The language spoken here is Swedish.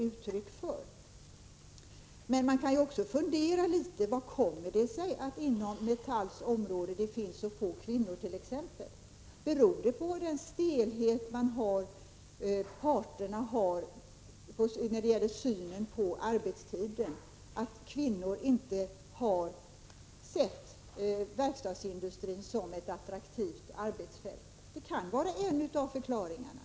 Men man kan exempelvis också fundera över hur det kommer sig att det inom Metalls område finns så få kvinnor som det gör. Är den stelhet som parterna visar i sin syn på arbetstiden orsak till att kvinnor inte har sett verkstadsindustrin som ett attraktivt arbetsfält? Det kan vara en av förklaringarna.